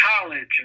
college